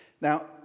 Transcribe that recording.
Now